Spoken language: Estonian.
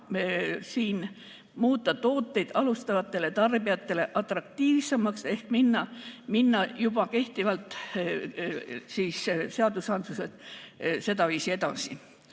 siin muuta tooteid alustavatele tarbijatele atraktiivsemaks ehk minna juba kehtivalt seadusandluselt sedaviisi edasi.